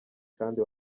kandi